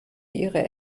ihre